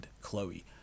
chloe